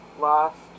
lost